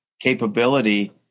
capability